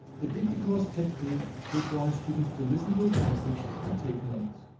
the dictogloss technique requires students to listen to a passage and take notes.